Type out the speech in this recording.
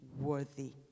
worthy